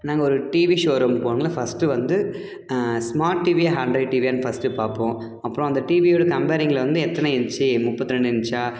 நாங்க ஒரு TV ஷோரூம்க்கு first வந்து ஸ்மார்ட் டிவியா ஆண்ட்ராய்ட் டிவியானு ஃபஸ்ட்டு பார்ப்போம் அப்புறம் அந்த டிவியோடய நம்பரிங்கில் வந்து எத்தனை இன்ச்சு முப்பத்து ரெண்டு இன்ச்சா